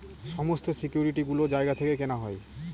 সমস্ত সিকিউরিটি গুলো জায়গা থেকে কেনা হয়